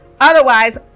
otherwise